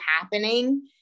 happening